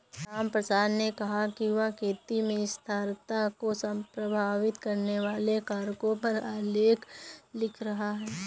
रामप्रसाद ने कहा कि वह खेती में स्थिरता को प्रभावित करने वाले कारकों पर आलेख लिख रहा है